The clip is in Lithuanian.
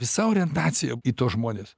visa orientacija į tuos žmones